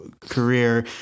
career